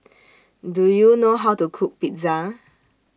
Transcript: Do YOU know How to Cook Pizza